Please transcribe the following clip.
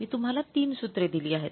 मी तुम्हाला 3 सूत्रे दिली आहेत